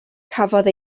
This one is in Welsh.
cafodd